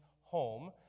home